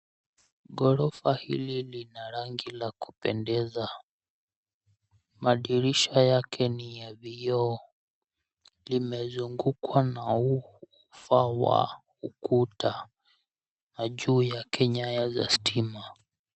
Ghorofa hili lina rangi la kupendeza. Madirisha yake ni ya vioo. Limezungukwa na ufa wa ukuta na juu yake nyaya za stima.